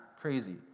crazy